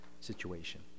situation